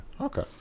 Okay